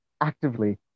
actively